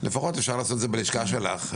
לפחות אפשר לעשות את זה בלשכה שלך,